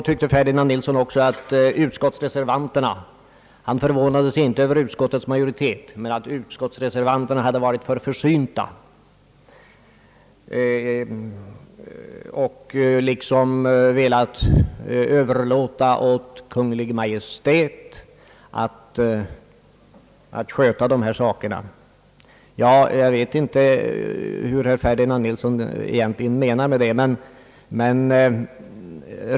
Herr Ferdinand Nilsson tyckte också att utskottets reservanter hade varit för försynta — han förvånade sig inte över utskottets majoritet — när de velat överlåta åt Kungl, Maj:t att handlägga dessa saker. Jag vet inte hur herr Ferdinand Nilsson egentligen menade.